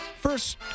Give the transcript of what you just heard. First